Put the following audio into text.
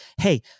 hey